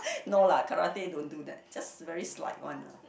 no lah karate don't do that just very slight one lah